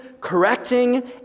correcting